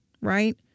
right